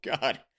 God